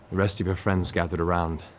rest of your friends gathered around.